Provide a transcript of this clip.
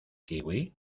kiwi